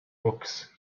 books